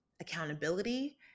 accountability